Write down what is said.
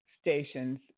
stations